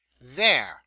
There